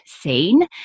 seen